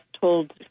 told